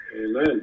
Amen